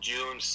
June